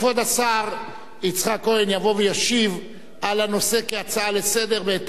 כבוד השר יצחק כהן יבוא וישיב על הנושא כהצעה לסדר-היום,